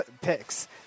picks